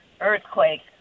earthquake